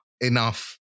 enough